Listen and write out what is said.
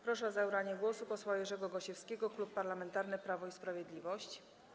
Proszę o zabranie głosu posła Jerzego Gosiewskiego, Klub Parlamentarny Prawo i Sprawiedliwość.